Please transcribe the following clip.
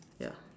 ya